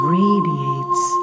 radiates